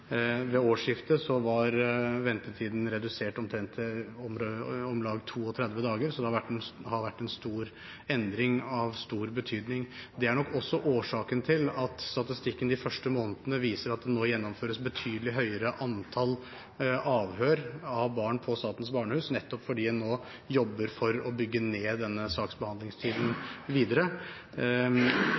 Ved årsskiftet var ventetiden redusert til om lag 32 dager, så det har vært en stor endring, av stor betydning. Det er nok også årsaken til at statistikken de første månedene viser at det nå gjennomføres et betydelig høyere antall avhør av barn på Statens Barnehus, nettopp fordi en nå jobber for å bygge ned denne saksbehandlingstiden videre.